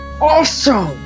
awesome